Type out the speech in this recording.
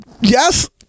Yes